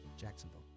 Jacksonville